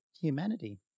humanity